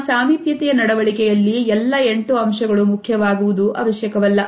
ನಮ್ಮ ಸಾಮೀಪ್ಯತೆ ಯ ನಡವಳಿಕೆಯಲ್ಲಿ ಎಲ್ಲ 8 ಅಂಶಗಳು ಮುಖ್ಯವಾಗುವುದು ಅವಶ್ಯಕವಲ್ಲ